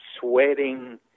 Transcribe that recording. sweating